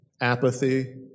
apathy